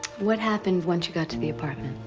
what happened once you got to the apartment?